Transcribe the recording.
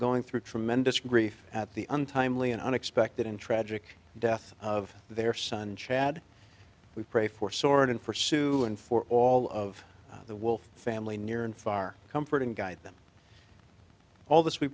going through tremendous grief at the untimely and unexpected and tragic death of their son chad we pray for soarin for sue and for all of the wolf family near and far comforting to guide them all this we